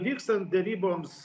vykstant deryboms